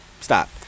Stop